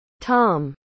Tom